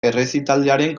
errezitaldiaren